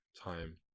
time